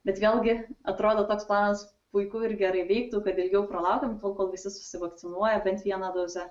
bet vėlgi atrodo toks planas puiku ir gerai veiktų kad ilgiau pralaukiam kol visi susivakcinuoja bent viena doze